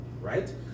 right